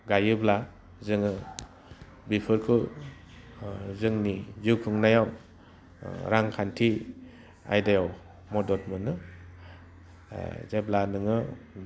गायोब्ला जोङो बिफोरखौ जोंनि जिउ खुंनायाव रांखान्थि आयदायाव मदद मोनो जेब्ला नोङो